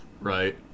right